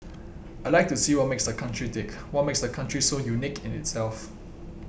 I like to see what makes the country tick what makes the country so unique in itself